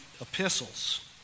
epistles